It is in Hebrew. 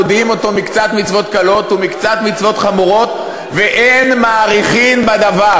מודיעים אותו מקצת מצוות קלות ומקצת מצוות חמורות ואין מאריכין בדבר,